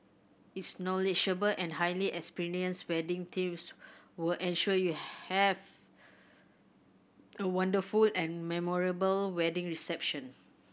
its knowledgeable and highly experienced wedding teams will ensure you have a wonderful and memorable wedding reception